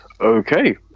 Okay